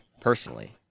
personally